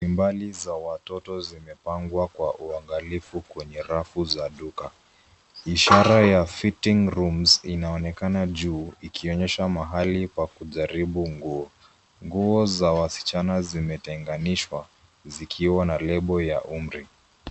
Nyumbali za watoto zimepangwa kwa uangalifu kwenye rafu za duka. Ishara ya fitting rooms inaonekana juu ikionyesha mahali pa kujaribu nguo. Nguo za wasichana zimetenganishwa zikiwa na lebo ya umri.